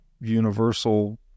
universal